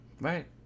Right